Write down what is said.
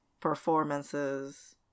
performances